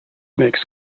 makes